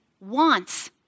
wants